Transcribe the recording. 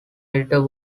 editor